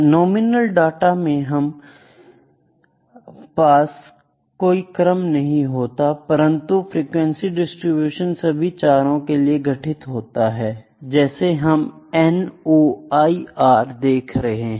nominal data मैं हमारे पास कोई क्रम नहीं होता परंतु फ्रीक्वेंसी डिस्ट्रीब्यूशन सभी चारों के लिए गठित होती है जिसे हम N O I R देख सकते हैं